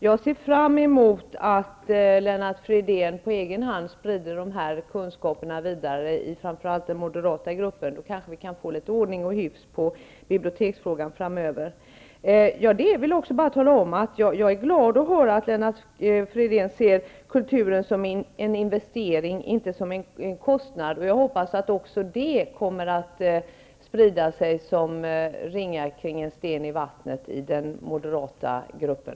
Jag ser fram emot att Lennart Fridén på egen hand sprider dessa kunskaper vidare i framför allt den moderata gruppen. Då kanske vi kan få litet ordning och hyfs på biblioteksfrågan framöver. Jag vill också tala om att jag är glad att höra att Lennart Fridén ser kulturen som en investering och inte som en kostnad. Jag hoppas att också det kommer att sprida sig som ringar kring en sten i vattnet i den moderata gruppen.